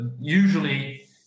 usually